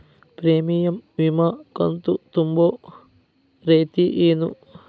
Premium ವಿಮಾ ಕಂತು ತುಂಬೋ ರೇತಿ ಏನು?